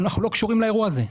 אנחנו לא קשורים לאירוע הזה.